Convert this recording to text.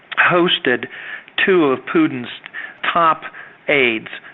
hosted two of putin's top aides.